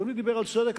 אדוני דיבר על צדק,